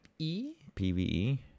PVE